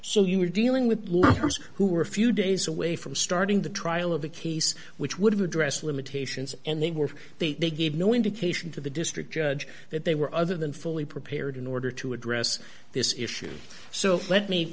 so you were dealing with law firms who were a few days away from starting the trial of a case which would have addressed limitations and they were they they gave no indication to the district judge that they were other than fully prepared in order to address this issue so let me